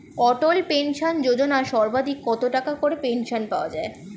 অটল pension Yojana সর্বাধিক কত টাকা করে পেনশন পাওয়া যায়?